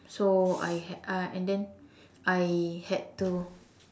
so I ha~ uh and then I had to